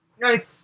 Nice